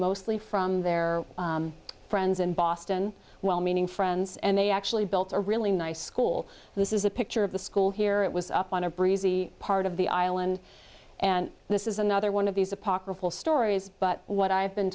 mostly from their friends in boston well meaning friends and they actually built a really nice school this is a picture of the school here it was up on a breezy part of the island and this is another one of these apocryphal stories but what i've been